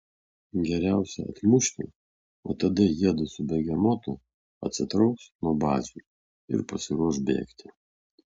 geriausia atmušti o tada jiedu su begemotu atsitrauks nuo bazių ir pasiruoš bėgti